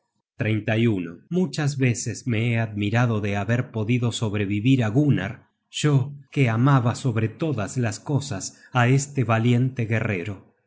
rey generoso muchas veces me he admirado de haber podido sobrevivir á gunnar yo que amaba sobre todas las cosas á este valiente guerrero